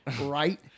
Right